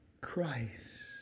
Christ